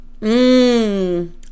Mmm